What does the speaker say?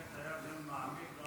דיון מעמיק.